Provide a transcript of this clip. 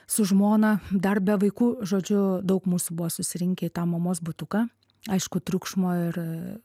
su žmona dar be vaikų žodžiu daug mūsų buvo susirinkę į tą mamos butuką aišku triukšmo ir